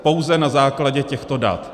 Pouze na základě těchto dat.